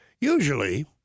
usually